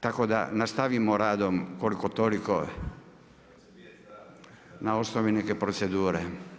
Tako da nastavimo radom, koliko toliko, na osnovni neke procedure.